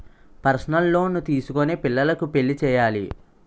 personal loan తీసుకొని పిల్లకు పెళ్లి చేయాలి